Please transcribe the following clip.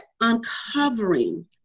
uncovering